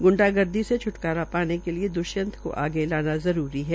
ग्ंडागर्दी से छ्टकारा पाने के लिए दृष्यंत को आगे लाना जरूरी है